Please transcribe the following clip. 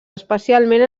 especialment